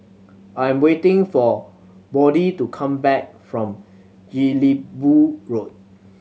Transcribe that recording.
I am waiting for Bode to come back from Jelebu Road